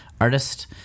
artist